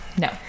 No